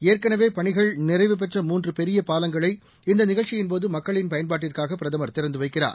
ஏற்கனவே பணிகள் நிறைவுபெற்ற மூன்று பெரிய பாலங்களை இந்த நிகழ்ச்சியின்போது மக்களின் பயன்பாட்டுக்காக பிரதமர் திறந்து வைக்கிறார்